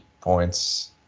points